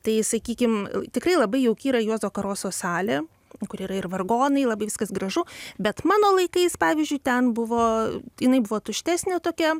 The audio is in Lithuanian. tai sakykim tikrai labai jauki yra juozo karoso salė kur yra ir vargonai labai viskas gražu bet mano laikais pavyzdžiui ten buvo jinai buvo tuštesnė tokia